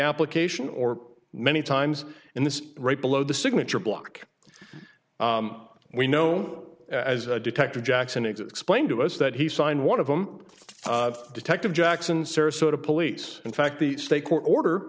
application or many times in this right below the signature block we know as a detective jackson explained to us that he signed one of them for detective jackson sarasota police in fact the state court order